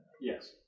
Yes